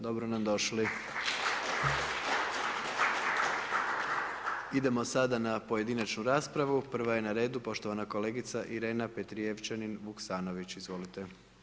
Dobro nam došli. Idemo sada na pojedinačnu raspravu, prva je na redu poštovana kolegica Irena Petrijevčanin Vuksanović, izvolite.